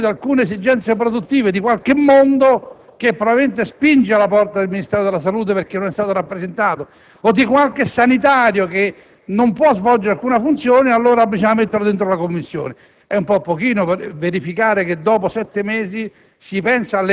il fatto che qualcuno voglia tener conto delle esigenze produttive di qualche mondo che, probabilmente, spinge la porta del Ministero della salute perché non è stato rappresentato o di qualche sanitario che non può svolgere alcuna funzione e quindi è da mettere dentro la Commissione.